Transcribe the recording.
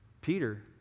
Peter